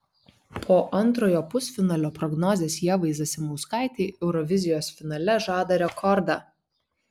po antrojo pusfinalio prognozės ievai zasimauskaitei eurovizijos finale žada rekordą